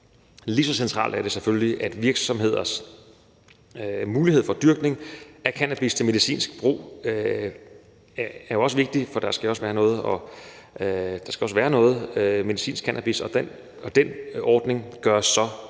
Lige så centralt og vigtigt er selvfølgelig virksomheders mulighed for dyrkning af cannabis til medicinsk brug, for der skal også være noget medicinsk cannabis, og den ordning gøres så